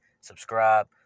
subscribe